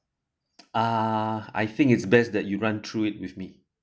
ah I think it's best that you run through it with me